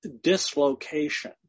dislocation